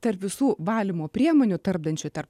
tarp visų valymo priemonių tarpdančių tarp